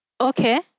Okay